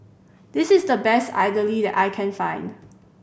this is the best idly that I can find